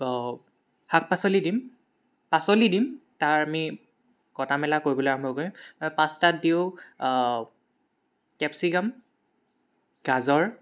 শাক পাচলি দিম পাচলি দিম তাৰ আমি কটা মেলা কৰিবলৈ আৰম্ভ কৰিম পাস্তাত দিও কেপচিকাম গাজৰ